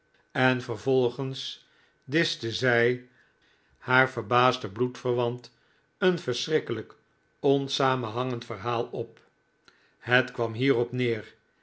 en vervolgens dischte zij haar verbaasden bloedverwant een v erschrikkelijk onsamenhangend verhaal op het kwam hier op neer